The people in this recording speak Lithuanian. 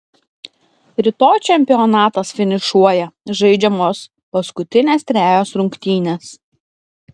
rytoj čempionatas finišuoja žaidžiamos paskutinės trejos rungtynės